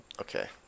Okay